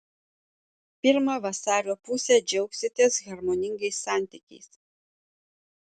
pirmą vasario pusę džiaugsitės harmoningais santykiais